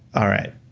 all right,